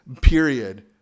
period